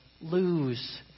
lose